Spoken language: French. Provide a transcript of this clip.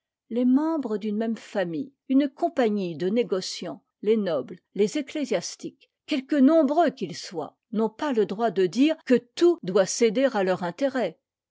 les membres d'une même famille une compagnie de négociants les nobles les ecctésiastiques quelque nombreux qu'ils soient n'ont pas le droit de dire que tout doit céder à leur intérêt